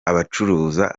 abacuruza